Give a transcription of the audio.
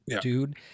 dude